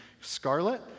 scarlet